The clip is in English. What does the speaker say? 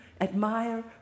Admire